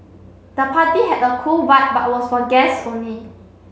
the party had a cool vibe but was for guest only